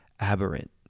Aberrant